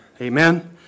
Amen